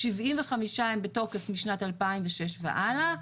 75 הם בתוקף משנת 2006 והלאה,